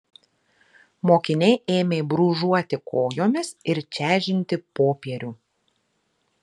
mokiniai ėmė brūžuoti kojomis ir čežinti popierių